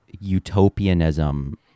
utopianism